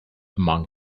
among